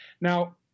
Now